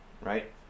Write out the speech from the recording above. right